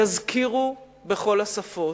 יזכירו בכל השפות,